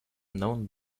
known